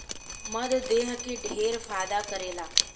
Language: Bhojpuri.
मध देह के ढेर फायदा करेला